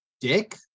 dick